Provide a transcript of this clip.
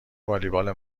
والیبال